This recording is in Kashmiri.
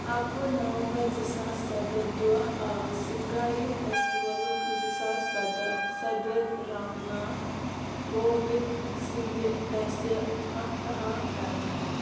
اَکوُہ نومبر زٕ ساس سَداہ دۄہ آو سِنٛگایہِ فیسٹِولُک زٕ ساس سَداہ صدٕر رام ناتھ كووِد سٕنٛدِ دٔسہِ اَفتحاح كَرنہٕ